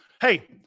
hey –